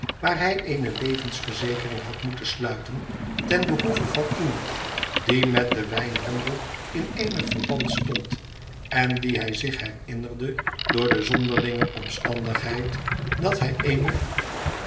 waar hij eene levensverzekering had moeten sluiten ten behoeve van iemand die met den wijnhandel in eenig verband stond en dien hij zich herinnerde door de zonderlinge omstandigheid dat hij eene